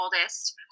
oldest